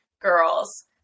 girls